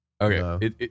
Okay